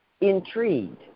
intrigued